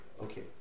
okay